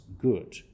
good